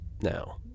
now